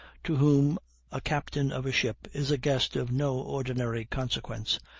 to whom a captain of a ship is a guest of no ordinary consequence,